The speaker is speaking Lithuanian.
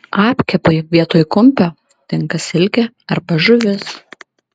apkepui vietoj kumpio tinka silkė arba žuvis